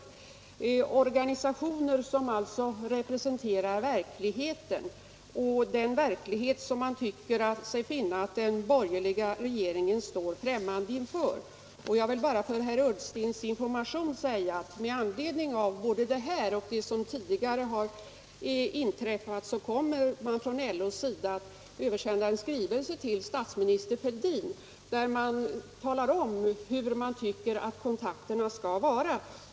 Det är alltså organisationer som representerar verkligheten, den verklighet som man tycker sig finna att den borgerliga regeringen står främmande inför. Jag vill bara för herr Ullstens information säga att med anledning av både detta och det som tidigare har inträffat kommer man från LO:s sida att översända en skrivelse till statsminister Fälldin, där man talar om hur man tycker att kontakterna skall vara.